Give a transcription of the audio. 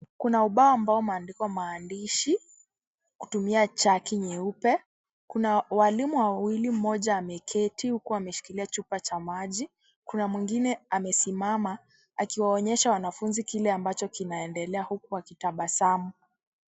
Kuna ubao ambao umeandikwa maandishi, kutumia chaki nyeupe. Kuna walimu wawili mmoja ameketi huku ameshikilia chupa cha maji. Kuna mwingine amesimama, akiwaonyesha wanafunzi kile ambacho kinaendelea huku akitabasamu.